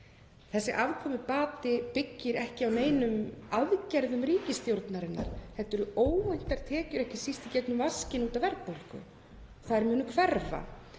Þessi afkomubati byggir ekki á neinum aðgerðum ríkisstjórnarinnar. Þetta eru óvæntar tekjur, ekki síst í gegnum vaskinn, út af verðbólgu. Þær munu hverfa.